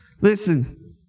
Listen